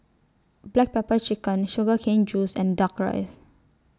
Black Pepper Chicken Sugar Cane Juice and Duck Rice